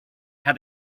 how